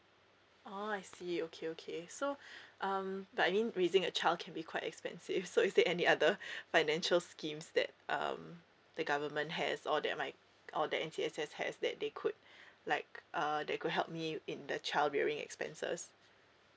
oh I see okay okay so um but I mean raising a child can be quite expensive so is there any other financial schemes that um the government has or that my or the ncss has that they could like uh they could help me in the child bearing expenses